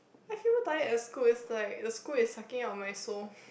I feel so tired at school is like the school is sucking out my soul